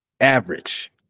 average